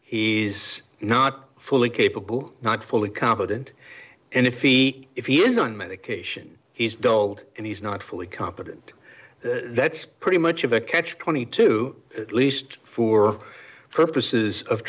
he's not fully capable not fully competent and if he if he is on medication he's dulled and he's not fully competent that's pretty much of a catch twenty two at least for purposes of